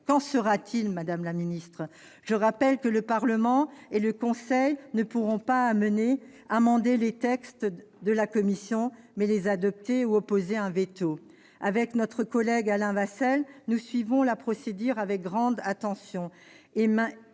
qu'en sera-t-il, madame la secrétaire d'État ? Je rappelle que le Parlement et le Conseil ne pourront pas amender les textes de la Commission, mais seulement les adopter ou y mettre leur veto. Avec notre collègue Alain Vasselle, nous suivons la procédure avec grande attention,